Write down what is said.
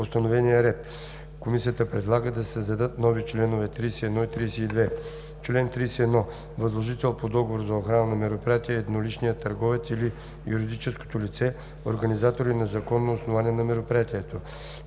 това ред“. Комисията предлага да се създадат нови чл. 31 и 32: „Чл. 31. Възложител по договор за охрана на мероприятие е едноличният търговец или юридическото лице – организатори на законно основание на мероприятието.